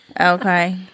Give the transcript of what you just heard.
Okay